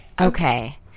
Okay